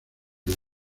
los